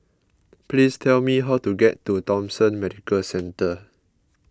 please tell me how to get to Thomson Medical Centre